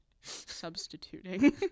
substituting